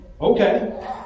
Okay